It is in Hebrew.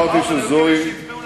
אבל היו כאלה שהצביעו לליכוד,